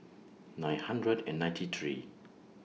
nine hundred and ninety three